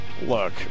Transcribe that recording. Look